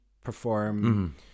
perform